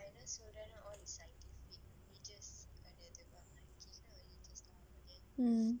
mm